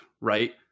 right